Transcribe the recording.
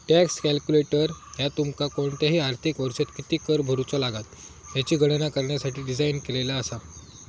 tax calculator ह्या तुमका कोणताही आर्थिक वर्षात किती कर भरुक लागात याची गणना करण्यासाठी डिझाइन केलेला असा